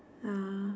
ya